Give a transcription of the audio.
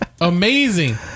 amazing